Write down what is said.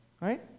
right